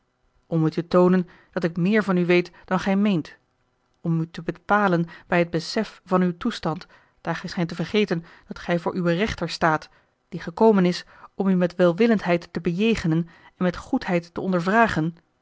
om u te toonen dat ik meer van u weet dan gij meent om u te bepalen bij het besef van uw toestand daar gij schijnt te vergeten dat gij voor uwen rechter staat die gekomen is om u met welwillendheid te bejegenen en met goedheid te